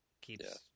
keeps